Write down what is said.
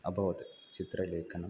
अभवत् चित्रलेखनं